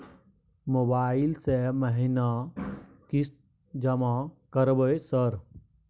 Mobile से महीना किस्त जमा करबै सर?